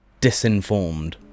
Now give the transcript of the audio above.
disinformed